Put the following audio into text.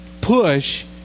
push